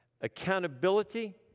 accountability